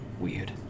weird